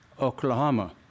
Oklahoma